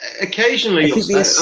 occasionally